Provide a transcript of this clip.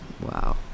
wow